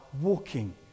walking